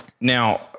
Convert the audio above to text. Now